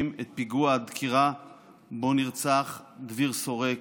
את פיגוע הדקירה שבו נרצח דביר שורק,